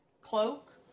cloak